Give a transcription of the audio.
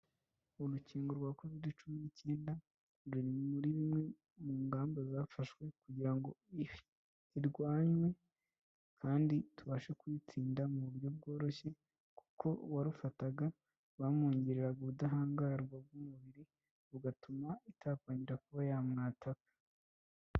Urukingo rwa Covid cumi n'icyenda, ruri muri bimwe mu ngamba zafashwe kugira ngo zirwanywe kandi tubashe kuyitsinda mu buryo bworoshye kuko uwarufataga rwamwongereraga ubudahangarwa bw'umubiri, bigatuma itakongera kuba yamwataka.